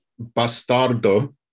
bastardo